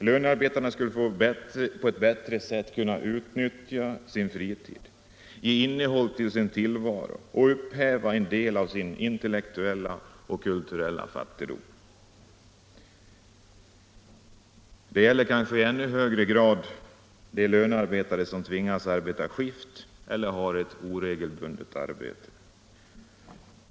Lönarbetarna skulle på ett bättre sätt kunna utnyttja sin fritid, ge innehåll i sin tillvaro och upphäva en del av sin intellektuella och kulturella fattigdom. Detta gäller kanske i ännu högre grad de lönarbetare som tvingas arbeta i skift eller har ett oregelbundet arbete.